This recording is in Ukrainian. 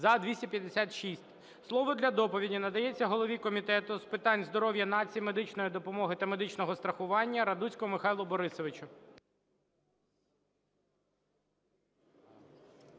За-256 Слово для доповіді надається голові Комітету з питань здоров'я нації, медичної допомоги та медичного страхування Радуцькому Михайлу Борисовичу.